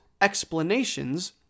explanations